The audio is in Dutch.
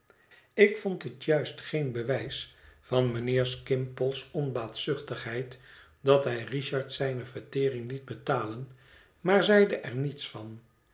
ik vond het juist geen bewijs van mijnheer skimpole's onbaatzuchtigheid dat hij richard zijne vertering liet betalen maar zeide er niets van